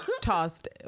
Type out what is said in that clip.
tossed